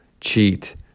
cheat